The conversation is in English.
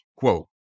Quote